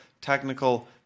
technical